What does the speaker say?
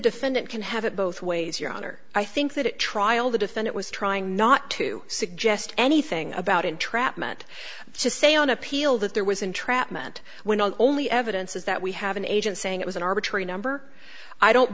defendant can have it both ways your honor i think that it trial the defense it was trying not to suggest anything about entrapment to say on appeal that there was entrapment you know the only evidence is that we have an agent saying it was an arbitrary number i don't